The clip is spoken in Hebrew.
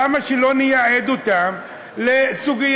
למה שלא נייעד אותם לסוגיה,